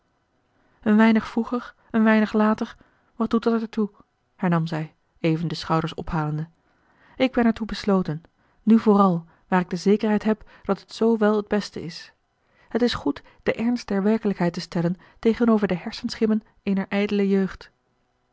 een weinig vroeger een weinig later wat doet er dat toe hernam zij even de schouders ophalende ik ben er toe besloten nu vooral waar ik de zekerheid heb dat het z wel het beste is het is goed den ernst der werkelijkheid te stellen tegenover de hersenschimmen eener ijdele jeugd